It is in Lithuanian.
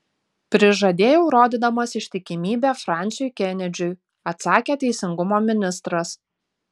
prižadėjau rodydamas ištikimybę fransiui kenedžiui atsakė teisingumo ministras